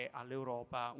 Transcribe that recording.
all'Europa